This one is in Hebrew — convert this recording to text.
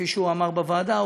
כפי שהוא אמר בוועדה,